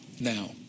now